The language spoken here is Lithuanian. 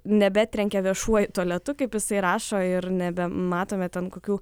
nebetrenkia viešuoju tualetu kaip jisai rašo ir nebematome ten kokių